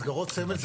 מסגרות סמל זה